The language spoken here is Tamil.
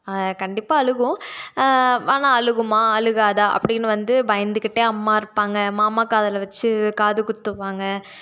கண்டிப்பாக அழும் ஆனால அழுமா அழுகாதா அப்படின்னு வந்து பயந்துக்கிட்டே அம்மா இருப்பாங்க மாமா காதில் வச்சி காது குத்துவாங்க